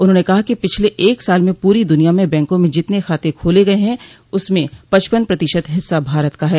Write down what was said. उन्होंने कहा कि पिछले एक साल में पूरी दुनिया में बैंकों में जितने खाते खोले गये हैं उसमें पचपन प्रतिशत हिस्सा भारत का है